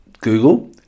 Google